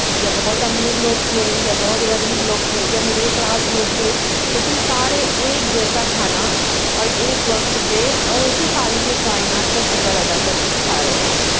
یا بہت امیر لوگ تھے یا بہت غریب لوگ تھے یا مِڈل کلاس لوگ تھے لیکن سارے ایک جیسا کھانا اور ایک وقت پہ اور اُسی خالقِ کائنات کا شکر ادا کر کے کھا رہے تھے